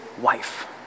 wife